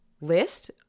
list –